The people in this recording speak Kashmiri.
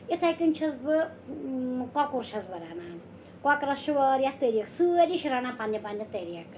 اِتھَے کٔنۍ چھَس بہٕ کۄکُر چھَس بہٕ رَنان کۄکرَس چھِ واریاہ طریٖقہٕ سٲری چھِ رَنان پنٛنہِ پنٛنہِ طریٖقہٕ